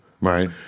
Right